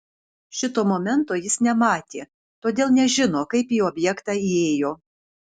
šito momento jis nematė todėl nežino kaip į objektą įėjo